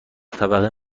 طبقه